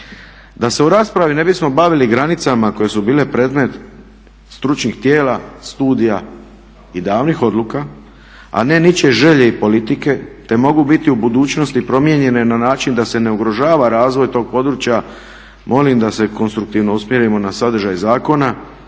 Da se u raspravi ne bismo bavili granicama koje su bile predmet stručnih tijela, studija i davnih odluka a ne ničije želje i politike te mogu biti u budućnosti promijenjene na način da se ne ugrožava razvoj tog područja molim da se konstruktivno usmjerimo na sadržaj zakona